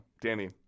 Danny